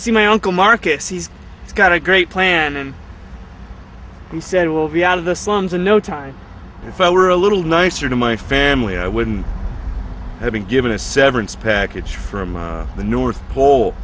see my uncle markets he's got a great plan and he said i will be out of the slums in no time if i were a little nicer to my family i wouldn't have been given a severance package from the north pole